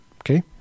Okay